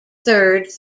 third